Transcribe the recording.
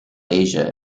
asia